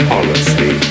policy